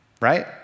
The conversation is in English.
right